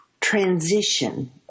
transition